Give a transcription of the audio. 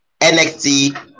NXT